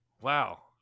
Wow